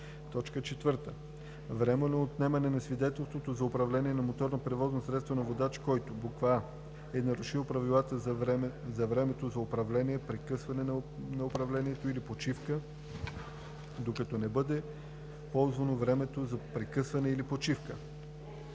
така: „4. временно отнемане на свидетелството за управление на моторно превозно средство на водач, който: а) е нарушил правилата за времето за управление, прекъсване на управлението или почивка – докато не бъде ползвано времето за прекъсване или почивка;